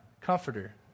comforter